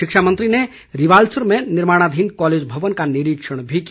शिक्षा मंत्री ने रिवालसर में निर्माणाधीन कॉलेज भवन का निरीक्षण भी किया